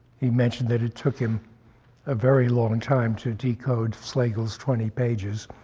he mentioned that it took him a very long time to decode slagle's twenty pages,